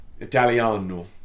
Italiano